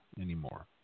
anymore